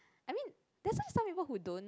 I mean that's why some people who don't